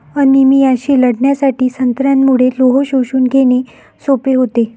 अनिमियाशी लढण्यासाठी संत्र्यामुळे लोह शोषून घेणे सोपे होते